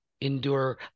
endure